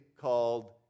called